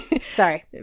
Sorry